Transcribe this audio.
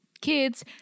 kids